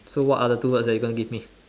so what are the two words that you're gonna give me